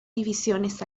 divisiones